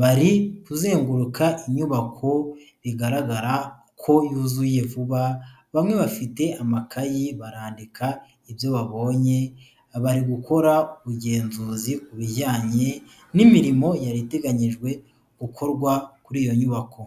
bari kuzenguruka inyubako bigaragara ko yuzuye vuba bamwe bafite amakayi barandika ibyo babonye bari gukora ubugenzuzi ku bijyanye n'imirimo yari iteganyijwe gukorwa kuri iyo nyubako.